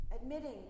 Admitting